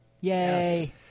Yay